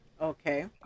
Okay